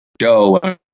show